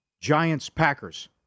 Giants-Packers